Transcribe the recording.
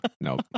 Nope